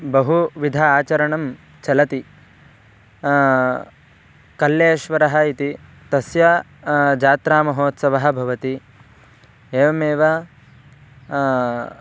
बहुविध आचरणं चलति कल्लेश्वरः इति तस्य जात्रामहोत्सवः भवति एवमेव